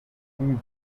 furent